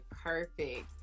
Perfect